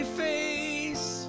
face